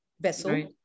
vessel